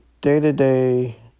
day-to-day